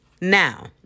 Now